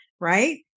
right